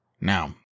Now